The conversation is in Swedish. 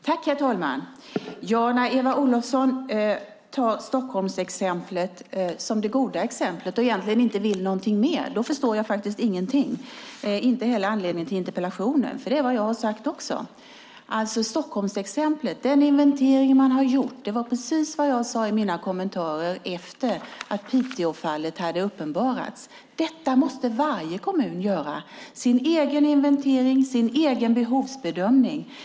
Herr talman! När nu Eva Olofsson tar Stockholmsexemplet som det goda exemplet och säger att hon inte vill något mer förstår jag faktiskt ingenting, inte heller vad som är anledningen till interpellationen, för detta är ju vad jag också har sagt. Stockholmsexemplet, den inventering som man här har gjort, var precis vad jag framhöll i mina kommentarer efter att Piteåfallet hade avslöjats. Varje kommun måste göra sin egen inventering och sin egen behovsbedömning.